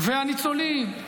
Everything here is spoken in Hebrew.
הניצולים.